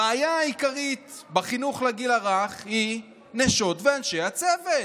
הבעיה העיקרית בחינוך לגיל הרך היא נשות ואנשי הצוות.